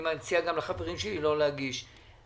אני מציע גם לחברים שלי לא להגיש רוויזיה.